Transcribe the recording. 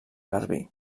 garbí